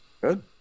Good